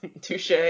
Touche